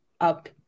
up